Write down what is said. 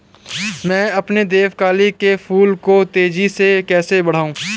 मैं अपने देवकली के फूल को तेजी से कैसे बढाऊं?